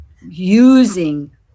using